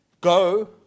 go